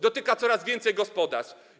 Dotyka coraz więcej gospodarstw.